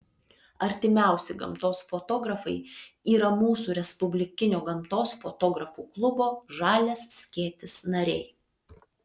artimiausi gamtos fotografai yra mūsų respublikinio gamtos fotografų klubo žalias skėtis nariai